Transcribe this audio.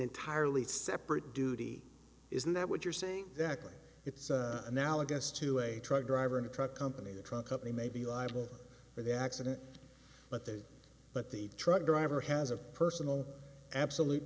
entirely separate duty isn't that what you're saying that it's analogous to a truck driver in a truck company a truck company may be liable for the accident but the but the truck driver has a personal absolute